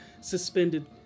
suspended